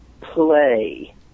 play